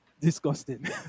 disgusting